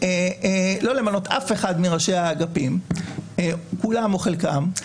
למנות אף אחד מראשי האגפים, כולם או חלקם.